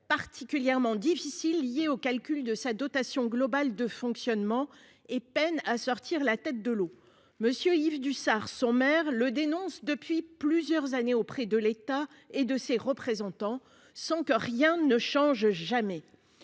particulièrement difficile, liées au calcul de sa dotation globale de fonctionnement et peine à sortir la tête de l'eau. Monsieur Yves Dussart sommaire le dénonce depuis plusieurs années auprès de l'État et de ses représentants, sans que rien ne change jamais.